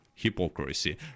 hypocrisy